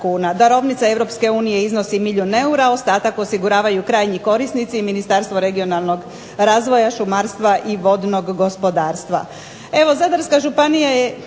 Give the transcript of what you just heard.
unije iznosi milijun eura, ostatak osiguravaju krajnji korisnici i Ministarstvo regionalnog razvoja šumarstva i vodnog gospodarstva.